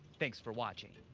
thanks for watching.